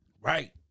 right